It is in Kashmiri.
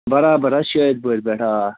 بَرابَر حَظ شٲدپورِ پیٚٹھ آ